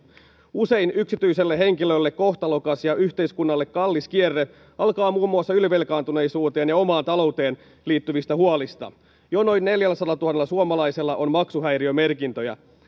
usein yksityiselle henkilölle kohtalokas ja yhteiskunnalle kallis kierre alkaa muun muassa ylivelkaantuneisuuteen ja omaan talouteen liittyvistä huolista jo noin neljälläsadallatuhannella suomalaisella on maksuhäiriömerkintöjä